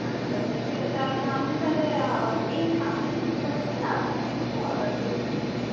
আচ্ছা আচ্ছা ঠিক আছে আমি তাহলে এই সামনের শুক্রবার দিন আপনার থেকে অর্ডারগুলো নিয়ে আসবো ঠিক আছে